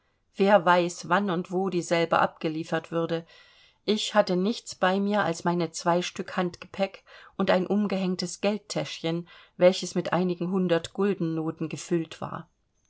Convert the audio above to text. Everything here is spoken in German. wer weiß wann und wo dieselbe abgeliefert würde ich hatte nichts bei mir als meine zwei stück handgepäck und ein umgehängtes geldtäschchen welches mit einigen hundertgulden noten gefüllt war